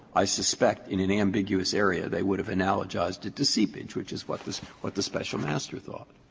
i suspect in an ambiguous area they would have analogized it to seepage, which is what the what the special master thought.